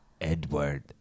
Edward